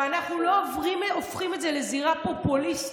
ואנחנו לא הופכים את זה לזירה פופוליסטית.